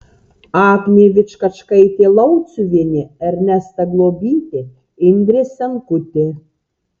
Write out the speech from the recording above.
agnė vičkačkaitė lauciuvienė ernesta globytė indrė senkutė